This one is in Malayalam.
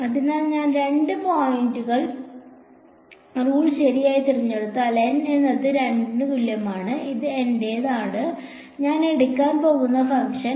അതിനാൽ ഞാൻ 2 പോയിന്റ് റൂൾ ശരിയായി തിരഞ്ഞെടുത്താൽ N എന്നത് 2 ന് തുല്യമാണ് ഇത് എന്റെതാണ് ഞാൻ എടുക്കാൻ പോകുന്ന ഫംഗ്ഷൻ